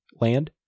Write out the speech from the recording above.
land